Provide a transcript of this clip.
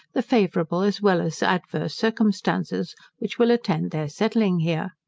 the favourable, as well as adverse circumstances which will attend their settling here.